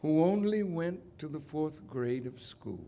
who only went to the fourth grade of school